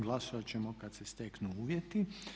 Glasovat ćemo kad se steknu uvjeti.